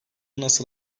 nasıl